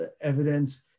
evidence